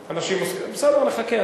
בסדר, נחכה.